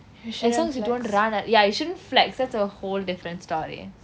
as long as you don't run at ya you shouldn't flex that's a whole different story